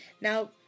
Now